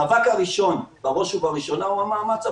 המאבק הראשון, בראש ובראשונה, הוא המאמץ הבריאותי.